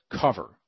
cover